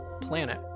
planet